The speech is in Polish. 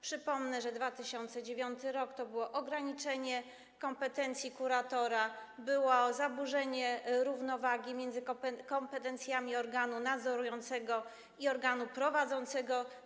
Przypomnę, że 2009 r. to było ograniczenie kompetencji kuratora, było zaburzenie równowagi między kompetencjami organu nadzorującego i organu prowadzącego.